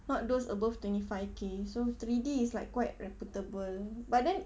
not those above twenty five K so three D is like quite reputable but then